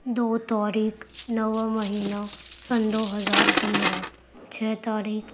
دو تاریخ نواں مہینہ سن دو ہزار پندرہ چھ تاریخ